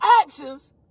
actions